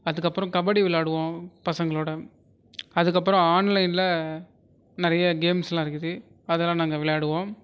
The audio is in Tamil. அதுக்கப்புறம் கபடி விளையாடுவோம் பசங்களோட அதுக்கப்புறம் ஆன்லைனில் நிறையா கேம்ஸ்யெலாம் இருக்குது அதெல்லாம் நாங்கள் விளையாடுவோம்